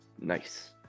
Nice